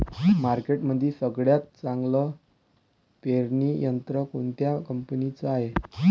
मार्केटमंदी सगळ्यात चांगलं पेरणी यंत्र कोनत्या कंपनीचं हाये?